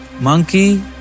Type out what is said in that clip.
Monkey